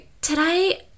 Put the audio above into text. today